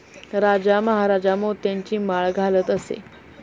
राजा महाराजा मोत्यांची माळ घालत असे